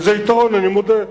זה יתרון, אני מודה.